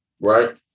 right